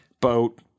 boat